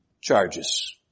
charges